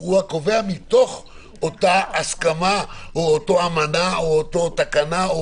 הוא הקובע מתוך אותה הסכמה או אותה אמנה או אותה תקנה.